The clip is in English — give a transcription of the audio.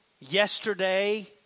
yesterday